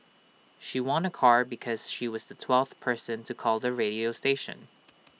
she won A car because she was the twelfth person to call the radio station